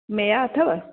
मेहा अथव